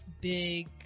big